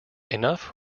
enough